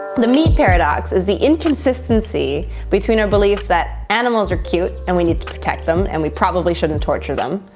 the meat paradox is the inconsistency between our belief that animals are cute. and we need to protect them. and we probably shouldn't torture them.